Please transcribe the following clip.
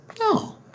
No